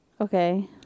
Okay